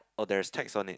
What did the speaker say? oh there is text on it